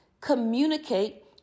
communicate